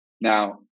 Now